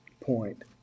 point